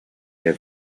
der